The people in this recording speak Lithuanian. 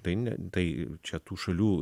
tai ne tai čia tų šalių